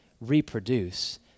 reproduce